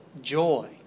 joy